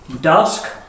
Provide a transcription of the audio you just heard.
dusk